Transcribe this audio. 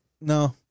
no